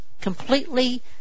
completely